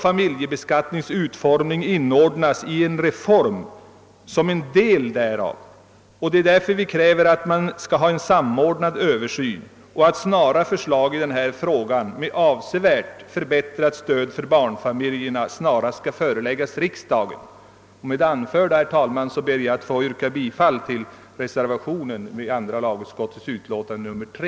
Familjebeskattningens utformning bör inordnas i reformen som en del därav. Därför kräver vi att ett samordnat förslag om avsevärt förbättrat stöd för barnfamiljerna snarast skall föreläggas riksdagen. Med det anförda ber jag, herr talman, att få yrka bifall till reservationen vid andra lagutskottets utlåtande nr 3.